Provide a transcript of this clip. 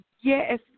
yes